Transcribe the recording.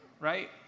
Right